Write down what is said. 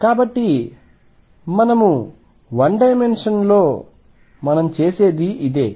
కాబట్టి మనం 1 డైమెన్షన్ లో మనము చేసేది ఇదే